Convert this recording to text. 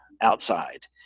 outside